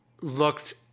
looked